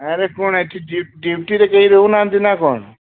ଆରେ କ'ଣ ଏଠି ଡ୍ୟୁଟିରେ କେହି ରହୁନାହାନ୍ତି ନା କ'ଣ